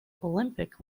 olympic